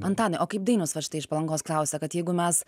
antanai o kaip dainius vat štai iš palangos klausia kad jeigu mes